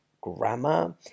grammar